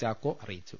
ചാക്കോ അറിയിച്ചു